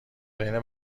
بین